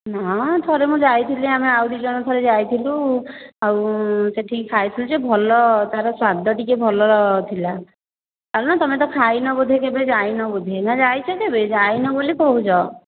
ନା ଥରେ ମୁଁ ଯାଇଥିଲି ଆମେ ଆଉ ଦୁଇ ଜଣ ଥରେ ଯାଇଥିଲୁ ଆଉ ସେଇଠି ଖାଇଥିଲୁ ଯେ ଭଲ ତା'ର ସ୍ୱାଦ ଟିକିଏ ଭଲ ଥିଲା ଚାଲୁନ ତୁମେ ତ ଖାଇନ ବୋଧେ କେବେ ଯାଇନ ବୋଧେ ନା ଯାଇଚ କେବେ ଯାଇନ ବୋଲି କହୁଛ